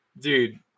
Dude